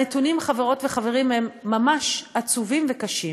הנתונים, חברות וחברים, הם ממש עצובים וקשים: